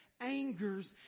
angers